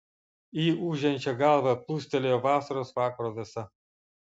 į ūžiančią galvą plūstelėjo vasaros vakaro vėsa